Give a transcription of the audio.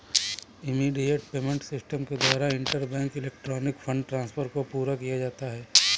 immediate payment system के द्वारा interbank electronic fund transfer को पूरा किया जाता है